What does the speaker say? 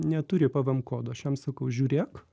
neturi pvm kodo aš jam sakau žiūrėk